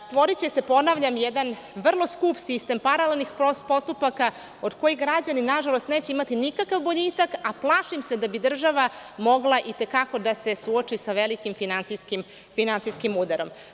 Stvoriće se jedan vrlo skup sistem paralelnih postupaka od kojih građani neće imati nikakav boljitak, a plašim se da bi država mogla i te kako da se suoči sa velikim finansijskim udarom.